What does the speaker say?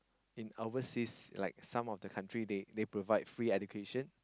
in overseas like some of the country they they provide free education